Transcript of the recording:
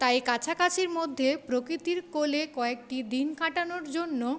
তাই কাছাকাছির মধ্যে প্রকৃতির কোলে কয়েকটি দিন কাটানোর জন্য